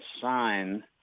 sign